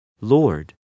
Lord